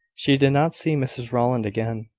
she did not see mrs rowland again.